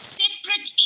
separate